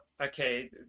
Okay